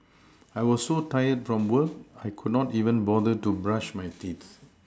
I was so tired from work I could not even bother to brush my teeth